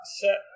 set